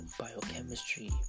biochemistry